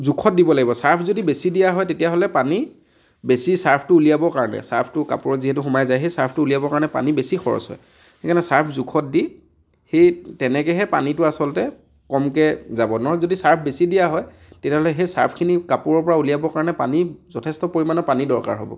জোখত দিব লাগিব চাৰ্ফ যদি বেছি দিয়া হয় তেতিয়াহ'লে পানী বেছি চাৰ্ফটো উলিয়াবৰ কাৰণে চাৰ্ফটো কাপোৰত যিহেতু সোমাই যায় চাৰ্ফটো উলিয়াবৰ কাৰণে পানী বেছি খৰচ হয় সেইকাৰণে চাৰ্ফ জোখত দি সেই তেনেকেহে পানীটো আচলতে কমকৈ যাব ন যদি চাৰ্ফ বেছি দিয়া হয় তেতিয়াহ'লে সেই চাৰ্ফখিনি কাপোৰৰ পৰা উলিয়াবৰ কাৰণে পানী যথেষ্ট পৰিমাণৰ পানীৰ দৰকাৰ হ'ব